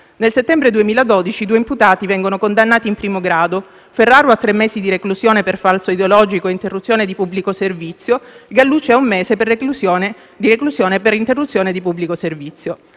Nel settembre 2012 i due imputati vengono condannati in primo grado: Ferraro a tre mesi di reclusione per falso ideologico e interruzione di pubblico servizio e Gallucci ad un mese di reclusione per interruzione di pubblico servizio.